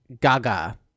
Gaga